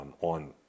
on